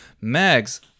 mags